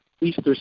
Easter